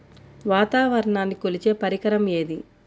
వాతావరణాన్ని కొలిచే పరికరం ఏది?